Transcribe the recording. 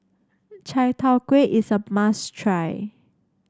Chai Tow Kway is a must try